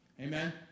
Amen